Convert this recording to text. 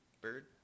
Bird